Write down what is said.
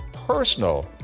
personal